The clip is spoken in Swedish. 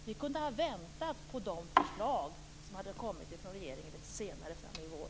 Vi kunde ha väntat på de förslag som kommer från regeringen senare i vår.